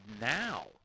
now